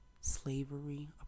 slavery